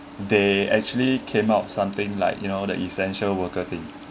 they actually came out something like you know the essential worker thing